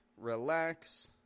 relax